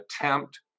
attempt